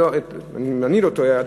אם אני לא טועה,